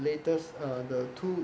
waiters